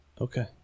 okay